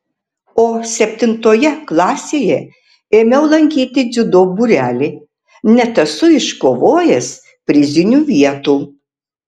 o septintoje klasėje ėmiau lankyti dziudo būrelį net esu iškovojęs prizinių vietų